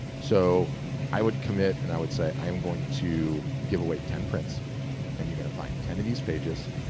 so i would commit and i would say, i am going to give away ten prints and you're gonna find ten of these pages,